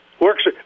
Works